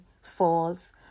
Falls